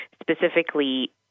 specifically